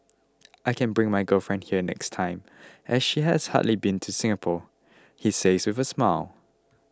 I can bring my girlfriend here next time as she has hardly been to Singapore he says with a smile